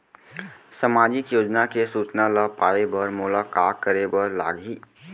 सामाजिक योजना के सूचना ल पाए बर मोला का करे बर लागही?